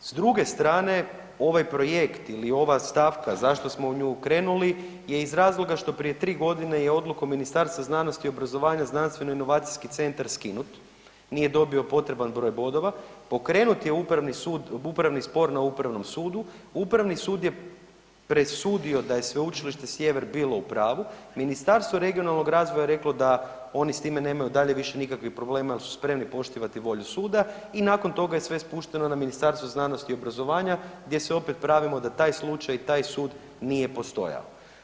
S druge strane ovaj projekt ili ova stavka zašto smo u nju krenuli je iz razloga što prije 3 godine je odlukom Ministarstva znanosti i obrazovanja znanstveno inovacijski centar skinut, nije dobio potreban broj bodova, pokrenut je Upravni sud, upravni spor na Upravnom sudu, Upravni sud je presudio da je Sveučilište Sjever bilo u pravu, Ministarstvo regionalnoga razvoja reklo da oni s time nemaju dalje više nikakvih problema jer su spremni poštivati volju suda i nakon toga je sve spušteno na Ministarstvo znanosti i obrazovanja gdje se opet pravimo da taj slučaj i taj sud nije postojao.